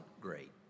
great